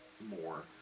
more